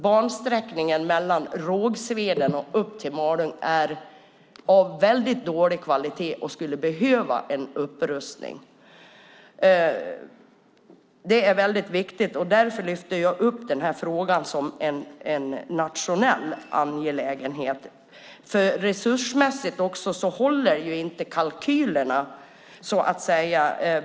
Bansträckningen från Rågsveden upp till Malung är av väldigt dålig kvalitet och skulle behöva en upprustning. Det är väldigt viktigt. Därför lyfter jag upp den här frågan som en nationell angelägenhet. Kalkylerna håller ju inte.